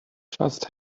just